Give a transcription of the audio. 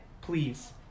Please